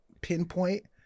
pinpoint